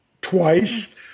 twice